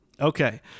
Okay